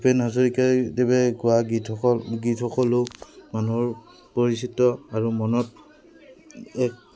ভূপেন হাজৰিকাদেৱে গোৱা গীতসকল গীতসকলো মানুহৰ পৰিচিত্ৰ আৰু মনত এক